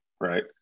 right